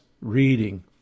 reading